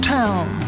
town